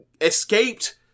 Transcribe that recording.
escaped